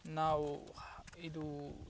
ನಾವು ಇದು